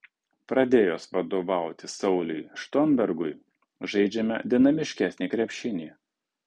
pradėjus vadovauti sauliui štombergui žaidžiame dinamiškesnį krepšinį